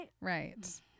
Right